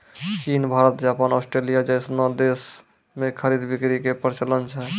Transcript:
चीन Bharat Japan Australia जैसनो देश मे खरीद बिक्री के प्रचलन छै